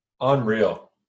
Unreal